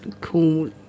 cool